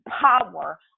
power